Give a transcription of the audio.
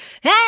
Hey